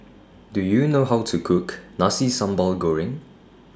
Do YOU know How to Cook Nasi Sambal Goreng